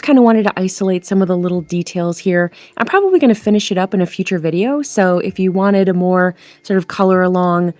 kind of wanted to isolate some of the little details here i'm probably going to finish it up in a future video. so if you wanted a more sort of color along